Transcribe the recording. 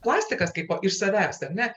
plastikas kaipo iš savęs ar ne